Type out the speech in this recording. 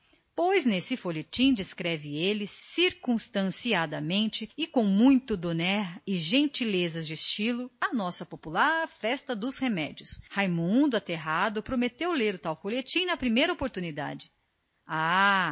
pois nesse folhetim descreve ele circunstanciadamente e com muito donaire e gentilezas de estilo a nossa popular e pitoresca festa dos remédios raimundo aterrado prometeu sob palavra de honra ler o tal folhetim na primeira ocasião ah